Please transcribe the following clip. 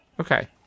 Okay